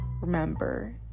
remember